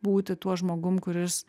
būti tuo žmogum kuris